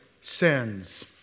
sins